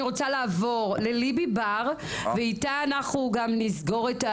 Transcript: אני רוצה לעבור אל ליבי בר ואחר כך נשמע את